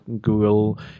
Google